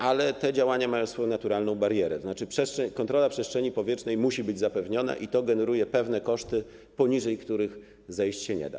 Ale te działania mają swoją naturalną barierę, tzn. kontrola przestrzeni powietrznej musi być zapewniona i to generuje pewne koszty, poniżej których zejść się nie da.